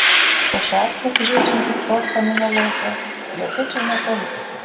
ušackas žaidžiantis golfą minų lauke jokia čia ne politika